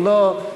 אם לא,